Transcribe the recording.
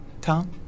Tom